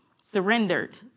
surrendered